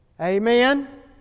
Amen